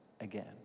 again